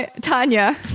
Tanya